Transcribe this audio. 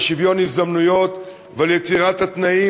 על שוויון הזדמנויות ועל יצירת התנאים